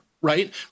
right